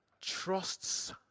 trusts